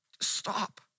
Stop